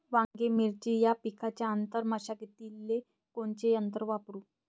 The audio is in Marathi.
वांगे, मिरची या पिकाच्या आंतर मशागतीले कोनचे यंत्र वापरू?